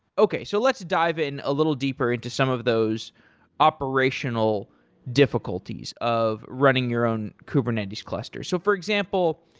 okay. so let's dive in a little deeper into some of those operational difficulties of running your own kubernetes cluster. so for example,